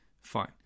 fine